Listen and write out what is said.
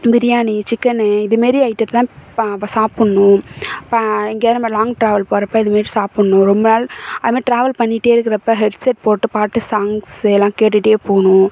biryani chicken இதேமாரி ஐட்டத்தை தான் பா அப்போ சாப்பிட்ணும் இப்போ எங்கேயாவது நம்ம லாங் ட்ராவல் போகிறப்ப இதுமாரி சாப்பிட்ணும் ரொம்ப நாள் அதுமாரி ட்ராவல் பண்ணிகிட்டே இருக்கிறப்ப ஹெட்செட் போட்டு பாட்டு சாங்ஸு இதெல்லாம் கேட்டுகிட்டே போகணும்